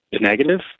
negative